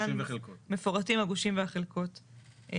חלקי חלקות 2,